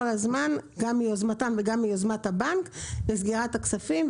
הזמן גם מיוזמתם וגם מיוזמת הבנק לסגירת הכספים,